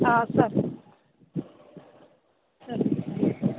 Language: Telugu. సరే సరే